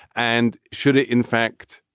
and should it, in fact,